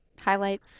highlight